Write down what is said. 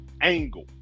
Angle